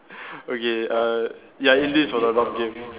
okay uh you are in this for the long game